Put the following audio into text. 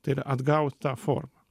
tai yra atgaut tą formą